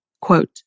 quote